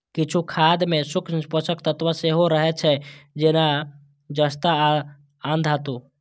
किछु खाद मे सूक्ष्म पोषक तत्व सेहो रहै छै, जेना जस्ता आ आन धातु